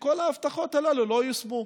כל ההבטחות הללו לא יושמו.